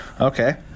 Okay